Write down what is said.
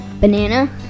Banana